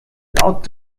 laut